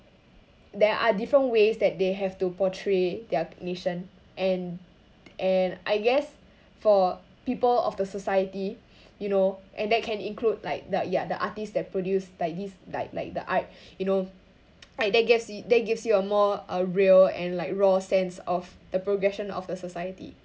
there are different ways that they have to portray their nation and and I guess for people of the society you know and that can include like the ya the artist that produce like this like like the art you know like that gives that gives you a more uh real and like raw sense of the progression of the society